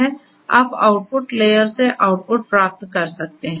आप output layer से output प्राप्त कर सकते हैं